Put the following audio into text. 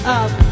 up